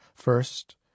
first